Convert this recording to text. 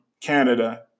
Canada